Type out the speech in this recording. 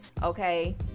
Okay